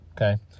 okay